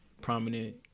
prominent